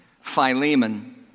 Philemon